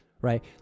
Right